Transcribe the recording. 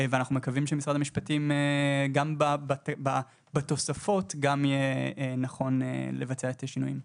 ואנחנו מקווים שמשרד המשפטים גם בתוספת יהיה נכון לבצע את השינויים.